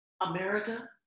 America